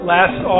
Last